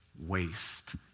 waste